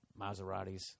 Maseratis